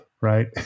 Right